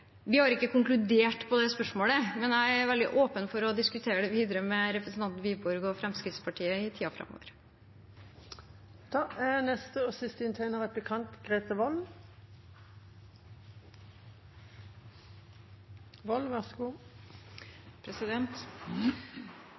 Vi har ikke konkludert på det spørsmålet, men jeg er veldig åpen for å diskutere det videre med representanten Wiborg og Fremskrittspartiet i tiden framover. Høyre er